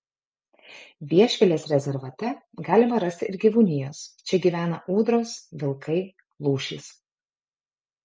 viešvilės rezervate galima rasti ir gyvūnijos čia gyvena ūdros vilkai lūšys